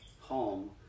home